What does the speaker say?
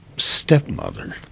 stepmother